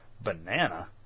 Banana